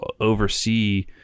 oversee